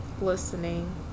listening